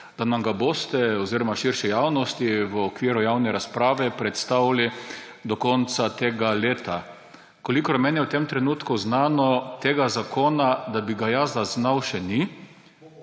da nam ga boste oziroma širši javnosti v okviru javne razprave predstavili do konca tega leta. Kolikor je meni v tem trenutku znano, tega zakona – vsaj da bi ga jaz zaznal – še ni